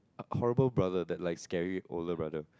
horrible brother that like scary older brother